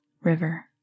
River